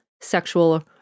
sexual